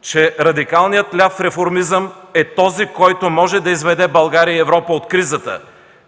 че радикалният ляв реформизъм е този, който може да изведе България и Европа от кризата,